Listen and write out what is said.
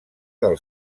del